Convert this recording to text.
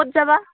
ক'ত যাবা